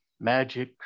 magic